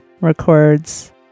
records